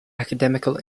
academical